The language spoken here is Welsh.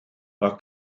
mae